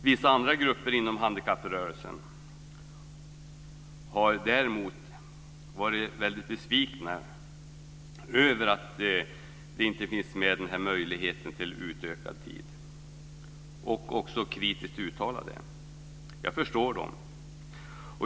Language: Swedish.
Vissa andra grupper inom handikapprörelsen har däremot varit väldigt besvikna över att denna möjlighet till utökad tid inte finns med och också kritiskt uttalat det. Jag förstår dem.